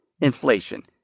inflation